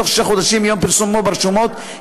בתוך שישה חודשים מיום פרסומו ברשומות,